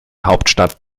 hauptstadt